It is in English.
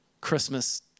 Christmas